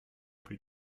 plus